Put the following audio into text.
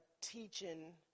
teaching